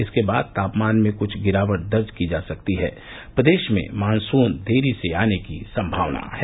इसके बाद तापमान में कुछ गिरावट दर्ज की जा सकती है प्रदेश में मानसून देरी से आने की संभावना है